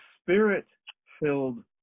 spirit-filled